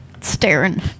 Staring